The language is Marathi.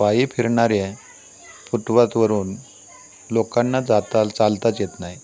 पायी फिरणाऱ्या फुटवातवरून लोकांना जाता चालताच येत नाही